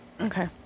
Okay